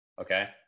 Okay